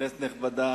כנסת נכבדה,